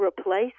replace